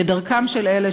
כדרכם של אלה,